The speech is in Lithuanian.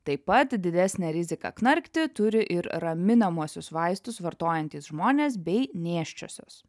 taip pat didesnę riziką knarkti turi ir raminamuosius vaistus vartojantys žmonės bei nėščiosios